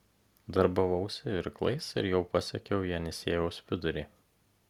darbavausi irklais ir jau pasiekiau jenisiejaus vidurį